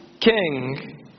king